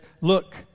Look